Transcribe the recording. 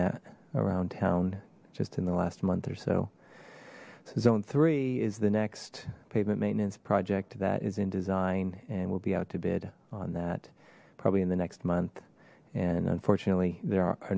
that around town just in the last month or so zone three is the next pavement maintenance project that is in design and will be out to bid on that probably in the next month and unfortunately there are